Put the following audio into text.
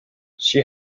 she